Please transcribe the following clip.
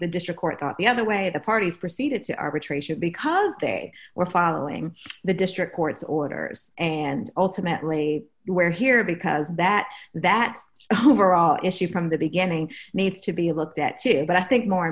court the other way the parties proceeded to arbitration because they were following the district court's orders and ultimately we're here because that that overall issue from the beginning needs to be looked at too but i think more